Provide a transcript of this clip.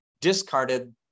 discarded